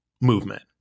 movement